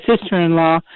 sister-in-law